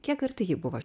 kiek arti ji buvo